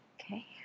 Okay